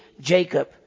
Jacob